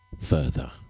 further